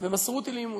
והם מסרו אותי לאימוץ.